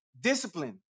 Discipline